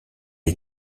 est